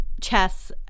Chess